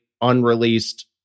unreleased